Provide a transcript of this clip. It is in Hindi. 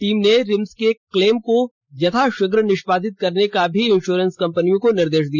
टीम ने रिम्स के क्लेम को यथाशीघ्र निष्पादित करने का भी इंश्योरेंस कंपनियों को निर्देश दिया